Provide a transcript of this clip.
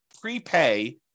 prepay